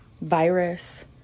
virus